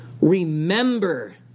Remember